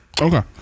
Okay